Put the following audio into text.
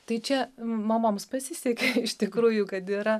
tai čia mamoms pasisekė iš tikrųjų kad yra